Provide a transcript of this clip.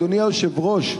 אדוני היושב-ראש,